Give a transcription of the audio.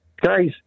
Guys